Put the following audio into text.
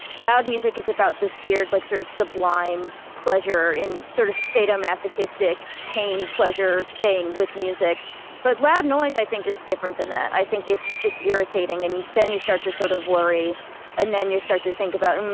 loud music is about this weird like sort of sublime pleasure and sort of sadomasochistic pain, pleasure thing with music but loud noise i think is different than that. i think it's just irritating and then you start to sort of worry and then you start to think about,